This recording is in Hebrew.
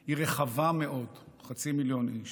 הוא רחב מאוד: חצי מיליון איש.